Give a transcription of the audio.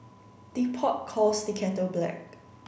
the pot calls the kettle black